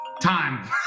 Time